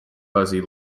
fuzzy